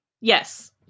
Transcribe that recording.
Yes